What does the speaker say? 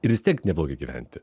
ir vis tiek neblogai gyventi